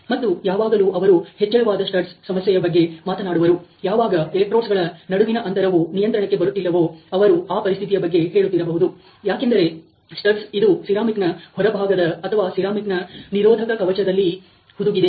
ಮತ್ತು ಯಾವಾಗಲೂ ಅವರು ಹೆಚ್ಚಳವಾದ ಸ್ಟಡ್ಸ್ ಸಮಸ್ಯೆಯ ಬಗ್ಗೆ ಮಾತನಾಡುವರು ಯಾವಾಗ ಎಲೆಕ್ಟ್ರೋಡ್ಸ್ಗಳ ನಡುವಿನ ಅಂತರವು ನಿಯಂತ್ರಣಕ್ಕೆ ಬರುತ್ತಿಲ್ಲವೋ ಅವರು ಆ ಪರಿಸ್ಥಿತಿಯ ಬಗ್ಗೆ ಹೇಳುತ್ತಿರಬಹುದು ಯಾಕೆಂದರೆ ಸ್ಟಡ್ಸ್ ಇದು ಸಿರಾಮಿಕ್ ನ ಹೊರಭಾಗದ ಅಥವಾ ಸಿರಾಮಿಕ್ ನ ನಿರೋಧನ ಕವಚದಲ್ಲಿ ಹುದುಗಿದೆ